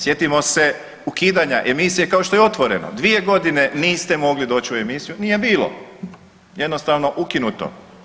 Sjetimo se ukidanja emisija kao što je Otvoreno, 2 godine niste mogli doći u emisiju nije bilo, jednostavno ukinuto.